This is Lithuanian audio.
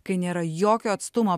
kai nėra jokio atstumo